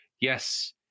Yes